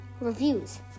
reviews